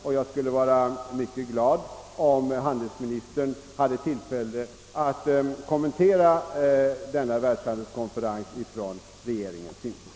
Därför skulle jag vara mycket glad, om handelsministern ville kommentera denna världshandelskonferens från regeringens synpunkt.